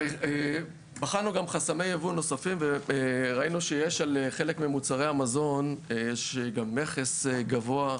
בחנו גם חסמי יבוא נוספים וראינו שיש על חלק ממוצרי המזון גם מכס גבוה.